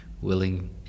willing